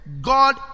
God